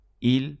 il